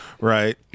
right